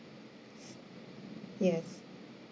s~ yes